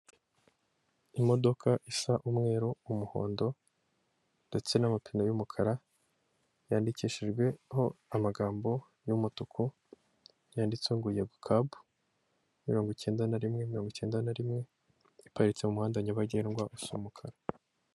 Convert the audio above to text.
Imodoka isa umweru, umuhondo ndetse n'amapine y'umukara yandikishijweho amagambo y'umutuku yanditse ngo yego kabu, mirongo icyenda na rimwe mirongo icyenda na rimwe iparitse m'umuhanda nyabagendwa usa umukara.